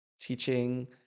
teaching